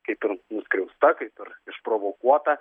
kaip ir nuskriausta kaip ir išprovokuota